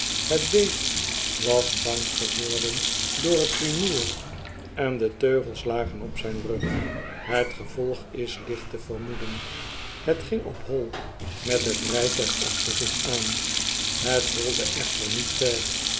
het beest was woi'den door het rumoer en de yijagen op zijn rug het gevolg is fj'vermoeden het ging op hoi met jtuig achter zich aan het holde echiet ver